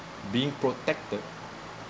being protected